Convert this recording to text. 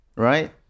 Right